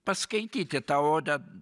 paskaityti tą odę